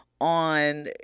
on